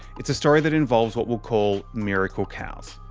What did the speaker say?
it's a story that involves what we'll call miracle cows.